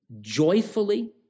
joyfully